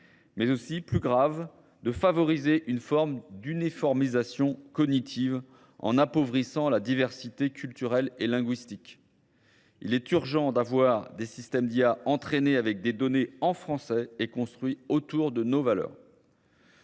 mais aussi, plus grave, de favoriser une forme d'uniformisation cognitive en appauvrissant la diversité culturelle et linguistique. Il est urgent d'avoir des systèmes d'IA entraînés avec des données en français et construits autour de nos valeurs.